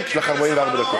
לא,